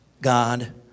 God